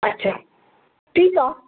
अच्छा ठीकु आहे